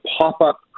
pop-up